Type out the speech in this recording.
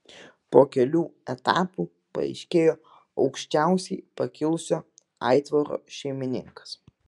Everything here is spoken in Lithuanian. po kelių etapų paaiškėjo aukščiausiai pakilusio aitvaro šeimininkas